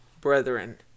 brethren